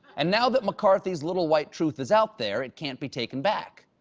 and now that mccarthy's little white truth is out there, it can't be taken back.